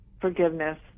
forgiveness